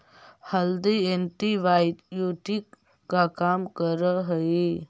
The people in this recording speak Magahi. हल्दी एंटीबायोटिक का काम करअ हई